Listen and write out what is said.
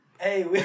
hey